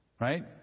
Right